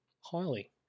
highly